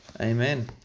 Amen